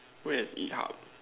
where is Yi Hao